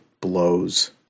blows